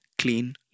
clean